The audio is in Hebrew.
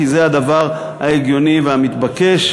כי זה הדבר ההגיוני והמתבקש,